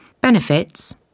benefits